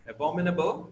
Abominable